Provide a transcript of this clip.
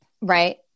right